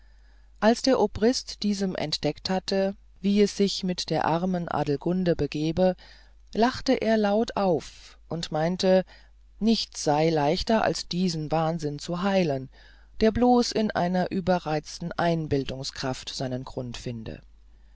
als der obrist diesem entdeckt hatte wie es sich mit der armen adelgunde begebe lachte er laut auf und meinte nichts sei leichter als diesen wahnsinn zu heilen der bloß in der überreizten einbildungskraft seinen grund finde